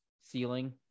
Ceiling